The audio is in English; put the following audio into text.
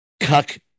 cuck